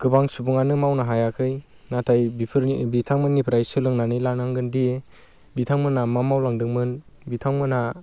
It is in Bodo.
गोबां सुबुङानो मावनो हायाखै नाथाय बेफोरनि बिथांमोननिफ्राय सोलोंनानै लानांगोन दि बिथांमोना मा मावलांदोंमोन बिथांमोना